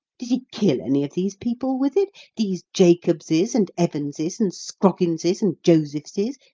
did he kill any of these people with it these jacobses and evanses and scrogginses and josephses?